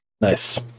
Nice